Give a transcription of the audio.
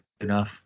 enough